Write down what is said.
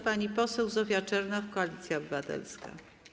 Pani poseł Zofia Czernow, Koalicja Obywatelska.